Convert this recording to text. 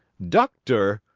doctor!